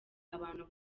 abantu